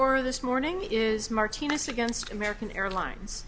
or this morning is martinez against american airlines